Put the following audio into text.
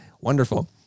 Wonderful